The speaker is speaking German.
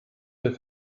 der